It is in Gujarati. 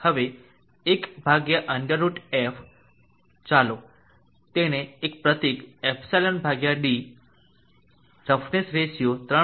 હવે 1√f ચાલો તેને એક પ્રતીક ε d રફનેસ રેશિયો 3